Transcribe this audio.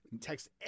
Text